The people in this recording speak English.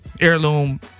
heirloom